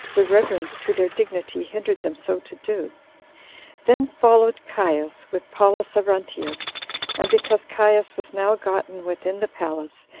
the reverence to their dignity hindered them so to do then followed caius, with paulus arruntius and because caius was now gotten within the palace,